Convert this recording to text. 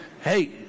Hey